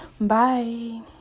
Bye